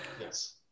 Yes